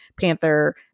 Panther